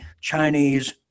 Chinese